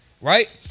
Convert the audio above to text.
right